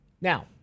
Now